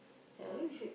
ya